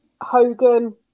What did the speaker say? Hogan